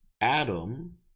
Adam